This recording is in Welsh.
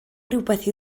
rywbeth